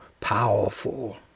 powerful